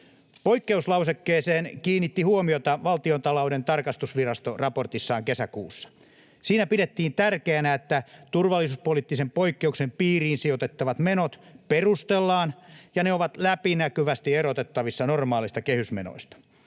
Poikkeuslausekkeeseen kiinnitti huomiota Valtiontalouden tarkastusvirasto raportissaan kesäkuussa. Siinä pidettiin tärkeänä, että turvallisuuspoliittisen poikkeuksen piiriin sijoitettavat menot perustellaan ja ne ovat läpinäkyvästi erotettavissa normaaleista kehysmenoista.